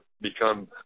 become